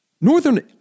Northern